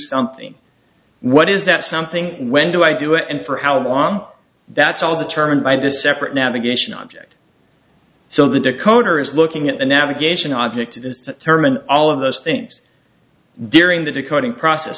something what is that something when do i do it and for how long that's all determined by this separate navigation object so the decoder is looking at the navigation object that turman all of those things during the decoding process